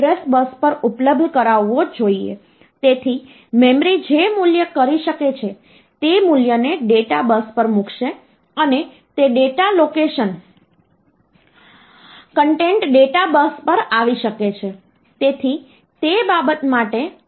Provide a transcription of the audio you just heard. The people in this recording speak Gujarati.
અન્ય શૉર્ટકટ પદ્ધતિઓ છે જેના દ્વારા તમે સંખ્યાને હેકઝાડેસિમલ અથવા ઓક્ટલ નંબર સિસ્ટમમાં કન્વર્ટ કરી શકો છો